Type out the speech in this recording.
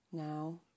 Now